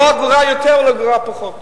לא אגורה יותר ולא אגורה פחות,